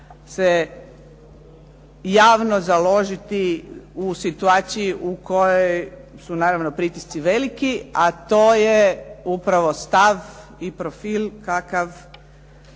se javno založiti u situaciji u kojoj su naravno pritisci veliki, a to je upravo stav i profil kakav